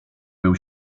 był